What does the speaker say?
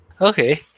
Okay